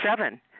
seven